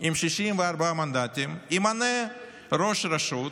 עם 64 מנדטים ימנה ראש רשות,